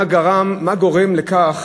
מה גורם לכך